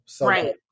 Right